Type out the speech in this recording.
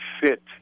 fit